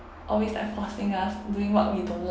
always like forcing us doing what we don't